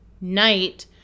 night